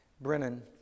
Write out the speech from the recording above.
Brennan